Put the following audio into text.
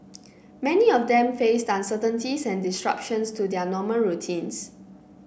many of them faced uncertainties and disruptions to their normal routines